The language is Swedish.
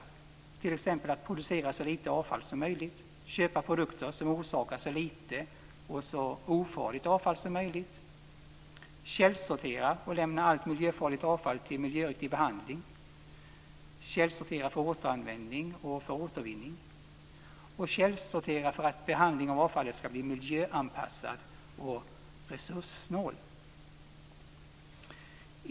Det gäller t.ex. att producera så lite avfall som möjligt och att köpa produkter som orsakar så lite och så ofarligt avfall som möjligt. Det gäller också att källsortera och lämna allt miljöfarligt avfall till miljöriktig behandling, att källsortera för återanvändning och återvinning och att källsortera för att behandlingen av avfallet skall bli miljöanpassad och resurssnål.